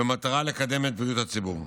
במטרה לקדם את בריאות הציבור.